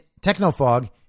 Technofog